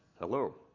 Hello